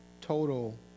total